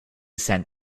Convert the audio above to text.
sent